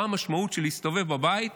מה המשמעות של להסתובב בבית